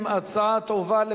התשע"א 2011,